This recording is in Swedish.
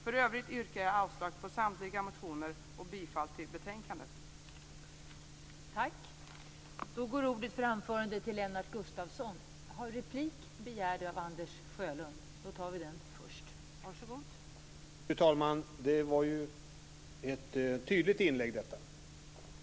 För övrigt yrkar jag avslag på samtliga motioner och bifall till utskottets hemställan i betänkandet.